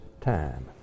time